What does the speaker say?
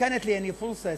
כבוד יושב-ראש הישיבה,